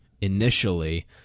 initially